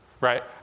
right